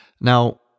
Now